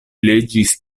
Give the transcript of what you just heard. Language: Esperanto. legis